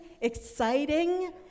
exciting